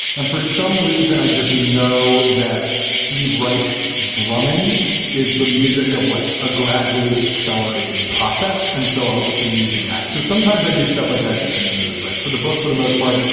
and for some reason i just know that steve reich's drumming is the music of like a gradually accelerating process. and so i'll just be using that. so sometimes i do stuff like that to get in the mood. but for the book, for the most part,